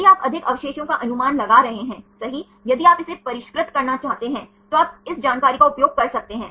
यदि आप अधिक अवशेषों का अनुमान लगा रहे हैं सही यदि आप इसे परिष्कृत करना चाहते हैं तो आप इस जानकारी का उपयोग कर सकते हैं